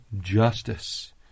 justice